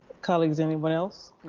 colleagues, anyone else?